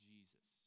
Jesus